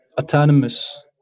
autonomous